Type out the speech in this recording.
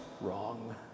wrong